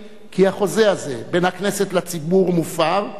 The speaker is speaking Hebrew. כי החוזה הזה בין הכנסת לציבור מופר,